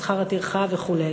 שכר הטרחה וכו'.